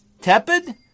tepid